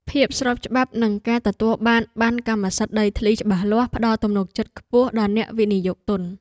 ភាពស្របច្បាប់និងការទទួលបានប័ណ្ណកម្មសិទ្ធិដីធ្លីច្បាស់លាស់ផ្តល់ទំនុកចិត្តខ្ពស់ដល់អ្នកវិនិយោគទុន។